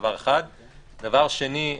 דבר שני,